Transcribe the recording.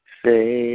say